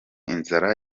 inzara